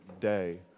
day